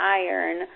iron